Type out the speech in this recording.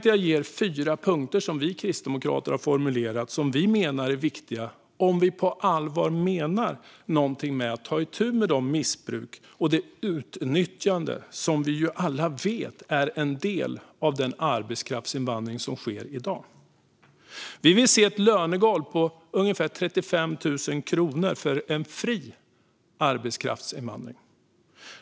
Jag ska ge er fyra punkter som vi kristdemokrater har formulerat och som vi menar är viktiga om man på allvar vill ta itu med det missbruk och utnyttjande som alla vet är en del av dagens arbetskraftsinvandring. Som första punkt vill vi se ett lönegolv på ungefär 35 000 kronor för fri arbetskraftsinvandring.